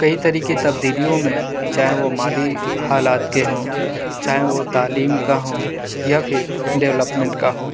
کئی طرح کی تبدیلیوں میں چاہے وہ مالی حالات کے ہوں چاہے وہ تعلیم کا ہوں یا پھر ڈیولپمنٹ کا ہو